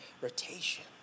rotation